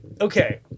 Okay